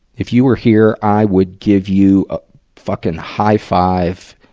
if you were here, i would give you a fucking high five,